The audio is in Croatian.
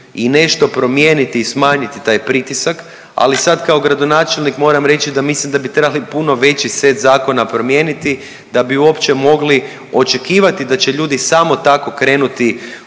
i nešto promijeniti i smanjiti taj pritisak, ali sad kao gradonačelnik moram reći da mislim da bi trebali puno veći set zakona promijeniti da bi uopće mogli očekivati da će ljudi samo tako krenuti